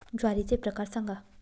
ज्वारीचे प्रकार सांगा